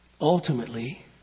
ultimately